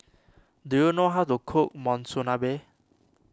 do you know how to cook Monsunabe